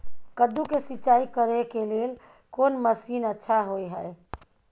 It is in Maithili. कद्दू के सिंचाई करे के लेल कोन मसीन अच्छा होय है?